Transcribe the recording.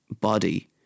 body